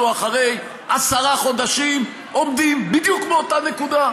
זה הגיוני שאנחנו אחרי עשרה חודשים עומדים בדיוק באותה נקודה?